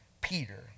Peter